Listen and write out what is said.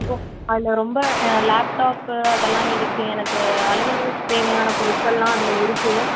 so அதில் ரொம்ப laptop அதெலாம் இருக்குது எனக்கு அலுவலகத்துக்கு தேவையான பொருட்களெலாம் அதில் இருக்குது